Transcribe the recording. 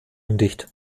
undicht